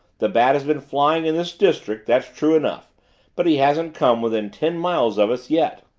the bat has been flying in this district that's true enough but he hasn't come within ten miles of us yet!